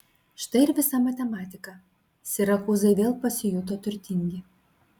štai ir visa matematika sirakūzai vėl pasijuto turtingi